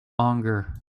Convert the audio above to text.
hunger